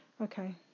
Okay